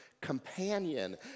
companion